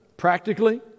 Practically